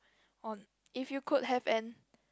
on if you could have an